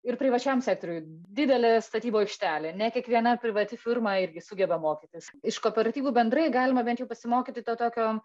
ir privačiam sektoriui didelė statybų aikštelė ne kiekviena privati firma irgi sugeba mokytis iš kooperatyvų bendrai galima bent jau pasimokyti to tokio